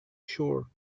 shore